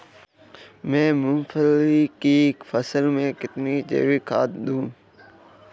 मैं मूंगफली की फसल में कितनी जैविक खाद दूं?